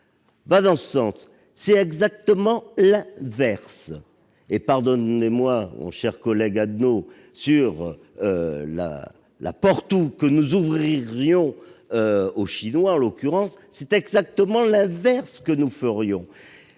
dans ce sens ? Non, c'est exactement l'inverse ! Pardonnez-moi, mon cher collègue Adnot, sur la porte que nous ouvririons, selon vous, aux Chinois, en l'occurrence, c'est exactement l'inverse que nous ferions